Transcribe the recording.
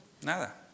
Nada